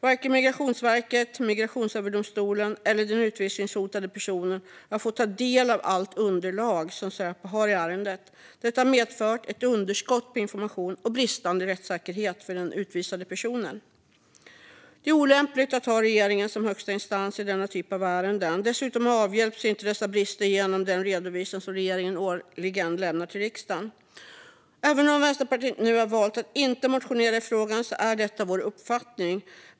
Varken Migrationsverket, Migrationsöverdomstolen eller den utvisningshotade personen har fått ta del av allt underlag som Säpo har i ärendet. Detta har medfört ett underskott på information och bristande rättssäkerhet för den utvisade personen. Det är olämpligt att regeringen är högsta instans i denna typ av ärenden. Dessutom avhjälps inte dessa brister genom den redovisning som regeringen årligen lämnar till riksdagen. Även om Vänsterpartiet nu har valt att inte motionera i frågan är detta vår uppfattning.